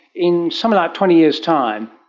in something like twenty years' time,